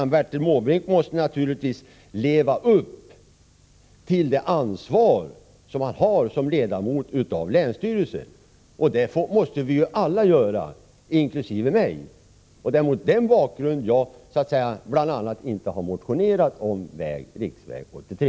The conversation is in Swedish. Bertil Måbrink måste naturligtvis leva upp till det ansvar som han har som ledamot av länsstyrelsen. Det måste vi ju alla, inkl. jag själv, göra. Det är bl.a. mot den bakgrunden jag inte har motionerat om riksväg 83.